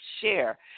share